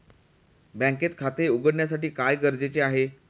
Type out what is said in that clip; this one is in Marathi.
बँकेत खाते उघडण्यासाठी काय गरजेचे आहे?